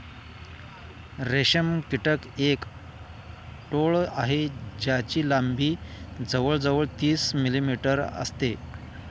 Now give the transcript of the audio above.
रेशम कीटक एक टोळ आहे ज्याची लंबी जवळ जवळ तीस मिलीमीटर असते